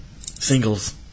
singles